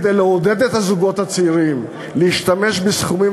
כדי לעודד את הזוגות הצעירים להשתמש בסכומים